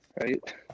right